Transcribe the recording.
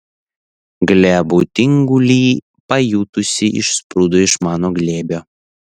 glebų tingulį pajutusi išsprūdo iš mano glėbio